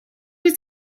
was